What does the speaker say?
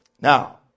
Now